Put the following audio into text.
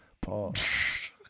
Pause